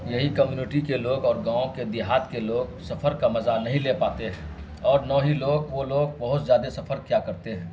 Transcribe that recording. یہی کمیونٹی کے لوگ اور گاؤں کے دیہات کے لوگ سفر کا مزہ نہیں لے پاتے ہیں اور نہ ہی لوگ وہ لوگ بہت زیادہ سفر کیا کرتے ہیں